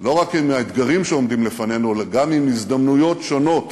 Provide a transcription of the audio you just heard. לא רק עם האתגרים שעומדים לפנינו אלא גם עם הזדמנויות שונות